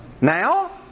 Now